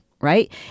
right